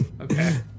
Okay